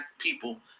people